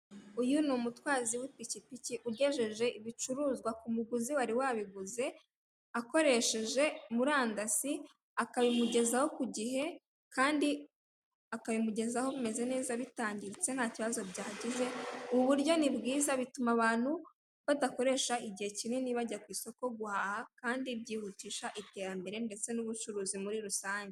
Uyu n'umutwazi w'ipikipiki ugejeje ibicuruzwa k'umuguzi wari wabiguze akoresheje murandasi akabimugezaho ku igihe kandi akabimugezaho bimeze neza bitangiritse ntakibazo byagize ubu buryo ni bwiza bituma abantu badakoresha igihe kinini bajya ku isoko guhaha kandi byihutisha iterembere ndetse n'ubucuruzi muri rusange.